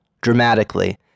dramatically